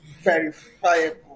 verifiable